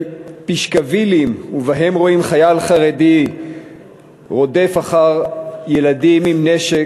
פשקווילים ובהם רואים חייל חרדי רודף אחר ילדים עם נשק,